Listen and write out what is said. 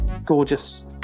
Gorgeous